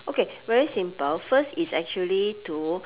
okay very simple first is actually to